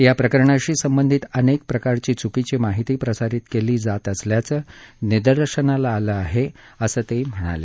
या प्रकरणाशी संबंधित अनेक प्रकारची चुकीची माहिती प्रसारित केली जात असल्याचं निदर्शनाला आलं आहे असं ते म्हणाले